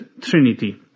Trinity